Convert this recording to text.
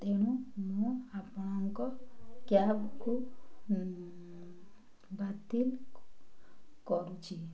ତେଣୁ ମୁଁ ଆପଣଙ୍କ କ୍ୟାବ୍କୁ ବାତିଲ କରୁଛି